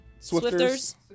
Swifters